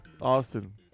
Austin